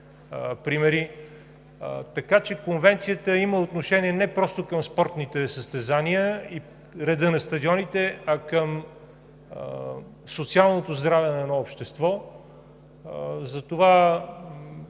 примери. Така че Конвенцията има отношение не просто към спортните състезания и реда на стадионите, а към социалното здраве на едно общество. Затова